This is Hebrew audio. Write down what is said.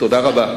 תודה רבה.